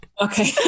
Okay